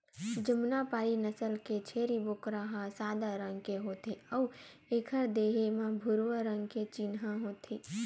जमुनापारी नसल के छेरी बोकरा ह सादा रंग के होथे अउ एखर देहे म भूरवा रंग के चिन्हा होथे